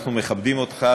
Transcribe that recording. אנחנו מכבדים אותך,